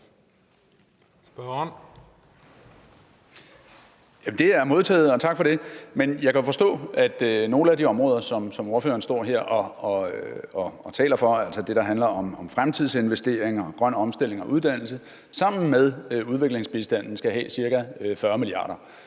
Det er modtaget, og tak for det. Men jeg kan forstå, at nogle af de områder, som ordføreren står her og taler for, altså det, der handler om fremtidsinvesteringer og grøn omstilling og uddannelse, sammen med udviklingsbistanden skal have ca. 40